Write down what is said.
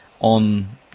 on